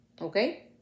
okay